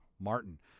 Martin